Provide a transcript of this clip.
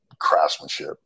craftsmanship